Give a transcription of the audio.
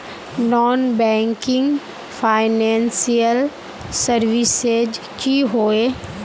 Non banking financial services की होय?